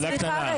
שאלה קטנה,